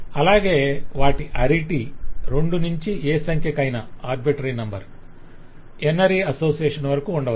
అలాగే వాటి అరిటీ రెండు నుండి ఏ సంఖ్యకైనా ఎన్ ఆరీ అసోసియేషన్ వరకు ఉండవచ్చు